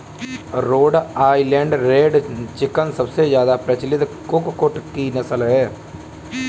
road Island Red chicken सबसे ज्यादा प्रचलित कुक्कुट की नस्ल है